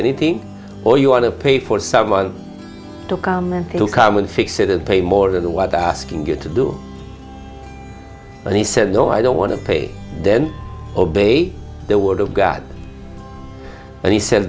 anything or you want to pay for someone to come and people come and fix it and pay more than the web asking you to do and he said no i don't want to pay then obey the word of god and he said